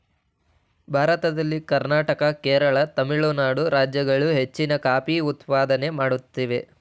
ಭಾರತದಲ್ಲಿ ಕರ್ನಾಟಕ, ಕೇರಳ, ತಮಿಳುನಾಡು ರಾಜ್ಯಗಳು ಹೆಚ್ಚಿನ ಕಾಫಿ ಉತ್ಪಾದನೆ ಮಾಡುತ್ತಿವೆ